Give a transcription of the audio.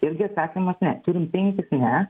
irgi atsakymas ne turim penkis ne